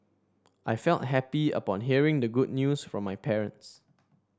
I felt happy upon hearing the good news from my parents